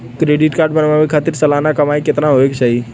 Credit card बनवावे खातिर सालाना कमाई कितना होए के चाही?